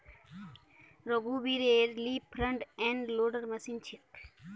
रघुवीरेल ली front end loader machine छेक